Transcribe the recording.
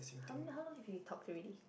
how many how long you've talked already